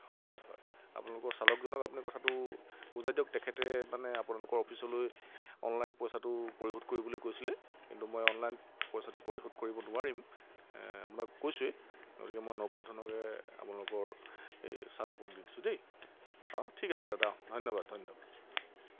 হয় হয় হয় আপোনালোকৰ চালকজনক আপুনি কথাটো বুজাই দিয়ক তেখেতে মানে আপোনালোকৰ অফিচলৈ অনলাইন পইচাটো পৰিশোধ কৰিবলৈ কৈছিলে কিন্তু মই অনলাইন পইচাটো পৰিশোধ কৰিব নোৱাৰিম আপোনাক কৈছোৱেই গতিকে মই নগদ ধনকে আপোনালোকৰ এই চালকক দি দিছোঁ দেই অঁ ঠিক আছে দাদা অঁ ধন্যবাদ ধন্যবাদ